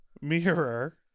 mirror